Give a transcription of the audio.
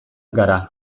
gara